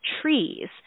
trees